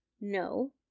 no